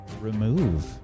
remove